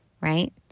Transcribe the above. right